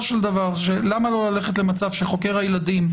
למה לא ללכת למצב שחוקר הילדים,